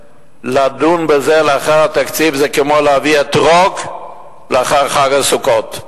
לדון בזה אחרי התקציב זה כמו להביא אתרוג לאחר חג הסוכות.